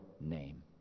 name